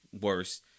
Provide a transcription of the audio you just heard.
worse